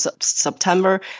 September